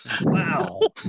Wow